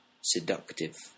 seductive